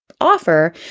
offer